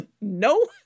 no